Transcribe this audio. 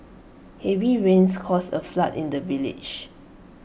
heavy rains caused A flood in the village